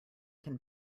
can